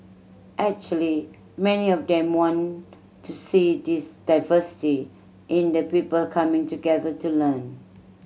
actually many of them want to see this diversity in the people coming together to learn